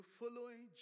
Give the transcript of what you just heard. following